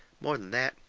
more than that,